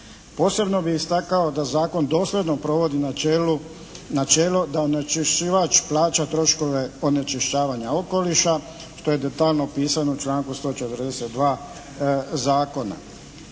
Posebno bih istakao da zakon dosljedno provodi načelo da onečišćivač plaća troškove onečišćavanja okoliša, što je detaljno opisano u članku 142. Zakona.